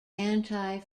anti